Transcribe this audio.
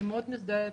אני מאוד מזדהה איתך,